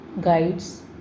guides